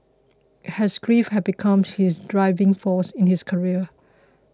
his grief had become his driving force in his career